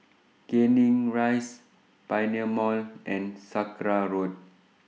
Canning Rise Pioneer Mall and Sakra Road